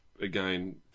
Again